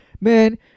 Man